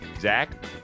Zach